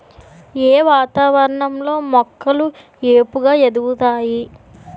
ఏ వాతావరణం లో మొక్కలు ఏపుగ ఎదుగుతాయి?